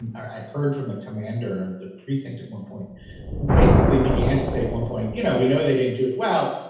and i heard from the commander of the precinct at one point who basically began to say at one point, you know, we know they didn't do it. well,